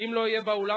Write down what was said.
אם לא יהיה באולם,